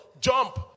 jump